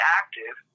active